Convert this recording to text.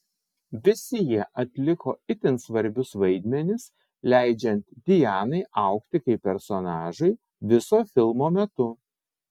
visi jie atliko itin svarbius vaidmenis leidžiant dianai augti kaip personažui viso filmo metu